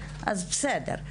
אז, בסדר.